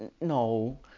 No